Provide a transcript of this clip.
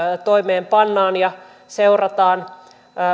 toimeenpannaan ja seurataan